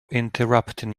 interrupting